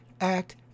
act